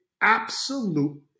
absolute